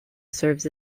serves